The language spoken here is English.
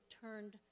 turned